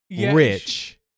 rich